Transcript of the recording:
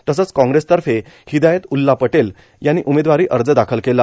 तसंच कॉग्रेस तर्फे हिदायत उला पटेल यांनी उमेदवारी अर्ज दाखल केला